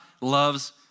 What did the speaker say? loves